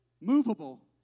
movable